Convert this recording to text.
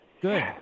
Good